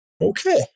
Okay